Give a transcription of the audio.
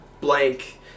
blank